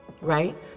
right